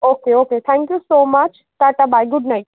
okay okay thank you so much ta ta bye good night